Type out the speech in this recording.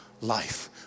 life